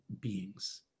beings